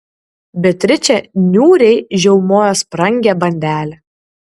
beatričė niūriai žiaumojo sprangią bandelę